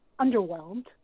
underwhelmed